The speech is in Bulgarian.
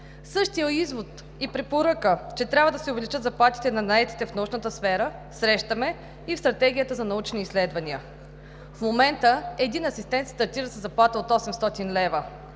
Същия извод и препоръка – че трябва да се увеличат заплатите на наетите в научната сфера, срещаме и в Стратегията за научни изследвания. В момента един асистент стартира със заплата от 800 лв.